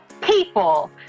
people